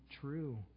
true